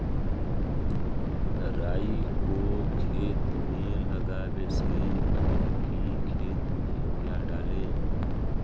राई को खेत मे लगाबे से पहले कि खेत मे क्या डाले?